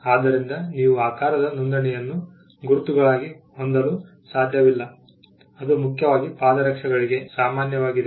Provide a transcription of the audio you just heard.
ಆದ್ದರಿಂದ ನೀವು ಆಕಾರದ ನೋಂದಣಿಯನ್ನು ಗುರುತುಗಳಾಗಿ ಹೊಂದಲು ಸಾಧ್ಯವಿಲ್ಲ ಅದು ಮುಖ್ಯವಾಗಿ ಪಾದರಕ್ಷೆಗಳಿಗೆ ಸಾಮಾನ್ಯವಾಗಿದೆ